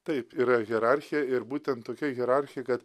taip yra hierarchija ir būtent tokia hierarchija kad